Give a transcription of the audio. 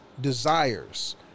desires